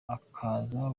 akaza